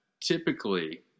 typically